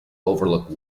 overlook